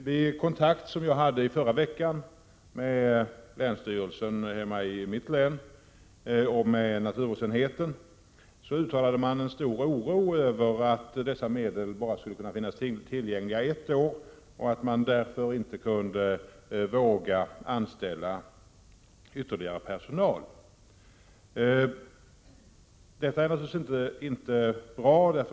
Vid kontakt som jag hade förra veckan med länsstyrelsens naturvårdsenhet hemma i mitt län uttalades stor oro över att dessa medel skulle finnas tillgängliga bara ett år. Därför vågade man inte anställa ytterligare personal. Detta är naturligtvis inte bra.